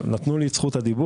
נתנו לי את זכות הדיבור,